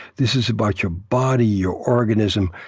this is about your body, your organism,